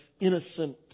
innocent